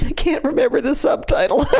can't remember the subtitle!